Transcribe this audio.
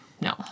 No